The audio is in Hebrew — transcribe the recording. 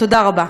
תודה רבה.